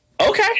Okay